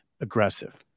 Aggressive